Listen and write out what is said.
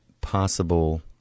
possible